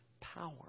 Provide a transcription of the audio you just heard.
power